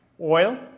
Oil